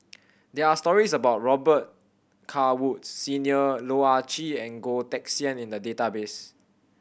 there are stories about Robet Carr Woods Senior Loh Ah Chee and Goh Teck Sian in the database